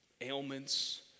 ailments